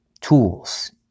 tools